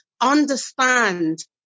understand